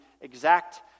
exact